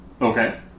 Okay